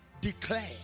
Declare